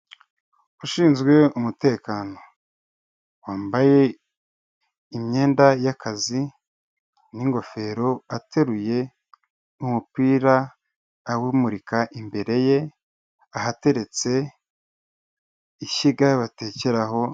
Ushinzwe umutekano, wambaye imyenda y'akazi n'ingofero, ateruye n'umupira awumurika imbere ye, ahateretse ishyiga batekeraho.